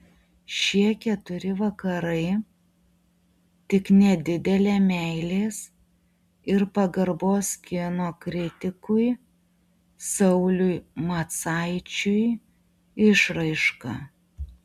šie keturi vakarai tik nedidelė meilės ir pagarbos kino kritikui sauliui macaičiui išraiška